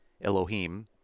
Elohim